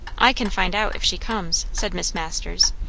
i can find out, if she comes, said miss masters.